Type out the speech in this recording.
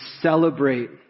celebrate